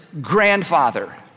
grandfather